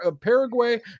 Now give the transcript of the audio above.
Paraguay